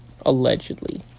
Allegedly